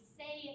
say